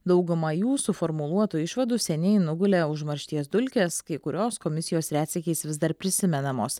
daugumą jų suformuluotų išvadų seniai nugulė užmaršties dulkės kai kurios komisijos retsykiais vis dar prisimenamos